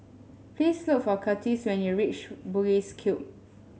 please look for Curtis when you reach Bugis Cube